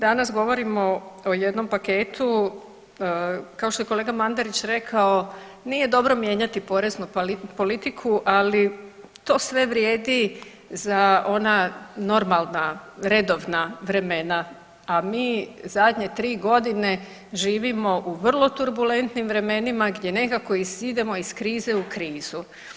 Danas govorimo o jednom paketu kao što je kolega Mandarić rekao nije dobro mijenjati poreznu politiku ali to sve vrijedi za ona normalna, redovna vremena a mi zadnje tri godine živimo u vrlo turbulentnim vremenima gdje nekako idemo iz krize u krizu.